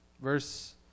Verse